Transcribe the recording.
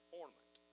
ornament